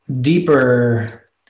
deeper